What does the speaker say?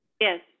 Yes